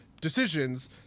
decisions